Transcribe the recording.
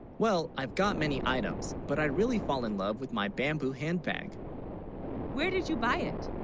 well i've got many items but i really fall in love with, my bamboo handbag where did you buy it